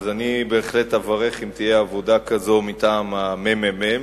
אני בהחלט אברך אם תהיה עבודה כזאת מטעם הממ"מ,